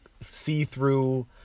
see-through